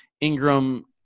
ingram